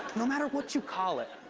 no matter what you call it,